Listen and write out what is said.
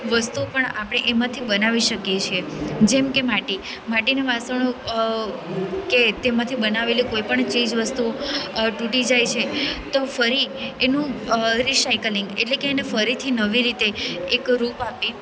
વસ્તુ પણ આપણે એમાંથી બનાવી શકીએ છીએ જેમકે માટી માટીના વાસણો કે તેમાંથી બનાવેલી કોઈ પણ ચીજવસ્તુઓ તૂટી જાય છે તો ફરી એનું રીસાયકલિંગ એટલે કે એને ફરીથી નવી એક રૂપ આપી